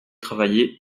travaillé